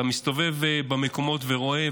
אתה מסתובב במקומות ורואה,